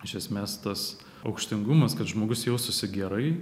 iš esmės tas aukštingumas kad žmogus jaustųsi gerai